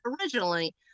originally